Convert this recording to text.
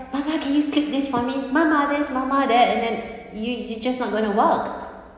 mamma can you click this for me mamma this mamma that and then you you just not going to work